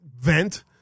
vent